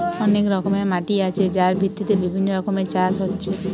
অনেক রকমের মাটি আছে যার ভিত্তিতে বিভিন্ন রকমের চাষ হচ্ছে